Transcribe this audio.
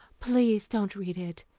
please don't read it.